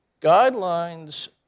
guidelines